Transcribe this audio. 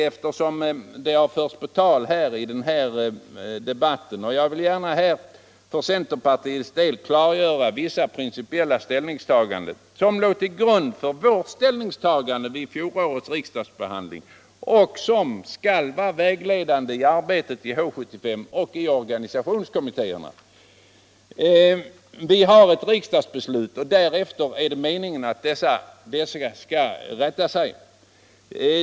Eftersom det förts på tal här i debatten vill jag gärna för centerpartiets del klargöra vissa principiella ståndpunkter som låg till grund för vårt ställningstagande vid fjolårets riksdagsbehandling och som skall vara vägledande för vårt arbete i H 75 och i organisationskommittéerna. Vi har ett riksdagsbeslut, och efter det skall det fortsatta arbetet rätta sig.